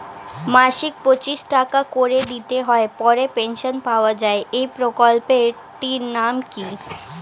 মাসিক পঁচিশ টাকা করে দিতে হয় পরে পেনশন পাওয়া যায় এই প্রকল্পে টির নাম কি?